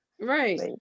Right